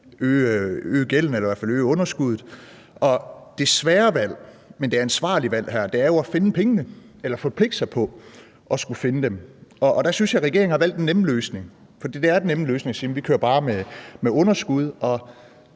øge gælden eller i hvert fald øge underskuddet. Det svære valg, men det ansvarlige valg her er jo at forpligte sig på at finde pengene. Der synes jeg regeringen har valgt den nemme løsning, for det er den nemme løsning at sige: Vi kører bare med underskud.